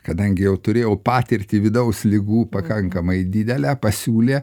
kadangi jau turėjau patirtį vidaus ligų pakankamai didelę pasiūlė